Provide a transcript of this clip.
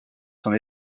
son